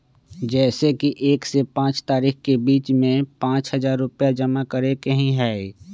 जैसे कि एक से पाँच तारीक के बीज में पाँच हजार रुपया जमा करेके ही हैई?